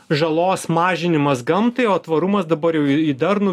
žalos mažinimas gamtai o tvarumas dabar jau ir į darnų